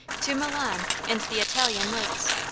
to milan and the italian lakes,